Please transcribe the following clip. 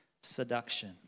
seduction